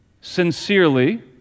sincerely